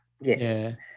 yes